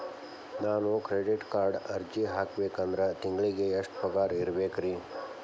ನಾನು ಕ್ರೆಡಿಟ್ ಕಾರ್ಡ್ಗೆ ಅರ್ಜಿ ಹಾಕ್ಬೇಕಂದ್ರ ತಿಂಗಳಿಗೆ ಎಷ್ಟ ಪಗಾರ್ ಇರ್ಬೆಕ್ರಿ?